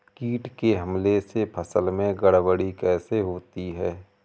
कीट के हमले से फसल में गड़बड़ी कैसे होती है?